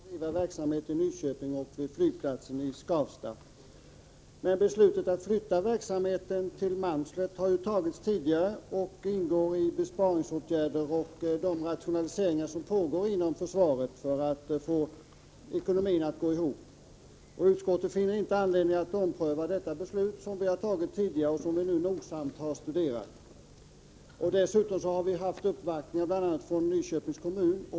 Fru talman! Mycket av det som Anita Persson har sagt vad gäller lämpligheten m.m. av att bedriva denna verksamhet i Nyköping och vid flygplatsen i Skavsta är riktigt. Men beslutet att flytta arméflygskolan till Malmslätt har ju fattats tidigare och ingår i de besparingsoch rationaliseringsåtgärder som vidtagits inom försvaret för att få ekonomin att gå ihop. Utskottet finner inte anledning att ompröva detta beslut, som vi nu noggrant har studerat. Dessutom har vi haft uppvaktning från bl.a. Nyköpings kommun.